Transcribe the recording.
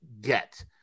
get